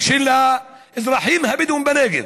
של האזרחים הבדואים בנגב.